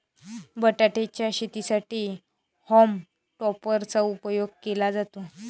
बटाटे च्या शेतीसाठी हॉल्म टॉपर चा उपयोग केला जातो